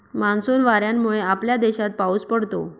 monsoon वाऱ्यांमुळे आपल्या देशात पाऊस पडतो